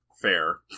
Fair